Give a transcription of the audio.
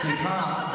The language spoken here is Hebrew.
סליחה,